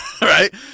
Right